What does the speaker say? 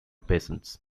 patients